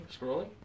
scrolling